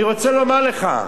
אני רוצה לומר לך,